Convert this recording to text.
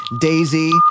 daisy